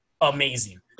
amazing